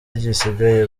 gisigaye